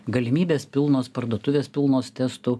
galimybės pilnos parduotuvės pilnos testų